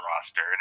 roster